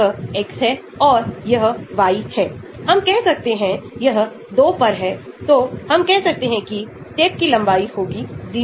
octanol में अधिक आप इसे हाइड्रोफोबिक कहते हैं ऑक्टेनॉल में पानी कम होता है जिसे हम हाइड्रोफिलिक कहते हैं